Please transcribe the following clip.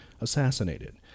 assassinated